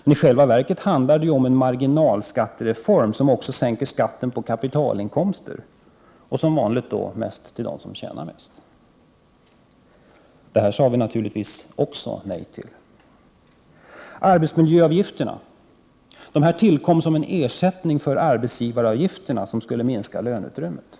Men i själva verket handlar det om en marginalskattereform som också sänker skatten på kapitalinkomster — som vanligt för dem som tjänar mest. Detta sade vi naturligtvis också nej till. Arbetsmiljöavgifterna tillkom som en ersättning för arbetsgivaravgifterna som skulle minska löneutrymmet.